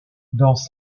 dans